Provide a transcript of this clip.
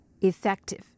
Effective